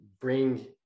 bring